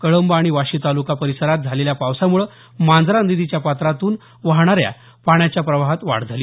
कळंब आणि वाशी तालुका परिसरात झालेल्या पावसामुळे मांजरा नदीच्या पात्रातून वाहणाऱ्या पाण्याच्या प्रवाहात वाढ झाली